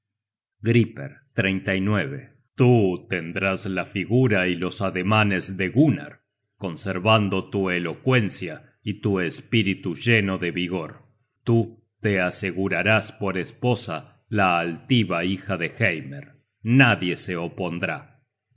pero continúa griper griper tú tendrás la figura y los ademanes de gunnar conservando tu elocuencia y tu espíritu lleno de vigor tú te asegurarás por esposa la altiva hija de heimer nadie se opondrá